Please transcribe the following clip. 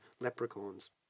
leprechauns